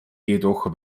jedoch